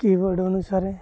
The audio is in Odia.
କିବୋର୍ଡ଼୍ ଅନୁସାରରେ